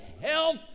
health